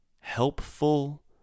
Helpful